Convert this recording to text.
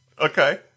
Okay